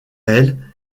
elle